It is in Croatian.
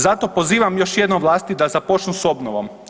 Zato pozivam još jednom vlasti da započnu s obnovom.